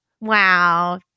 Wow